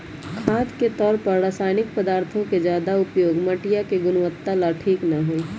खाद के तौर पर रासायनिक पदार्थों के ज्यादा उपयोग मटिया के गुणवत्ता ला ठीक ना हई